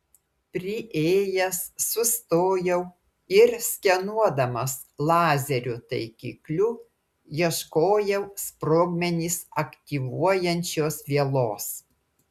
priėjęs sustojau ir skenuodamas lazerio taikikliu ieškojau sprogmenis aktyvuojančios vielos